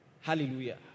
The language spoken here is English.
hallelujah